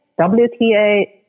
WTA